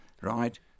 right